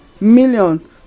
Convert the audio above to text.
million